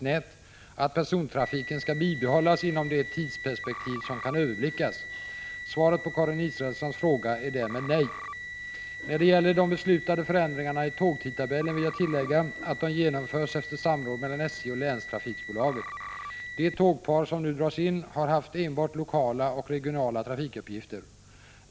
När det gäller de beslutade förändringarna i tågtidtabellen vill jag tillägga, att de genomförs efter samråd mellan SJ och länstrafikbolaget. Det tågpar som nu dras in, har haft enbart lokala och regionala trafikuppgifter.